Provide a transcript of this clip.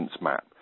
Map